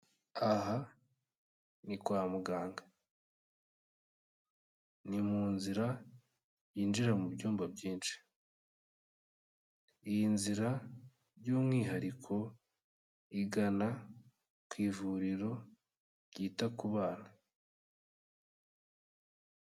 Aha ni kwa muganga, ni mu nzira yinjira mu byumba byinshi, iyi nzira by'umwihariko igana ku ivuriro ryita ku bana.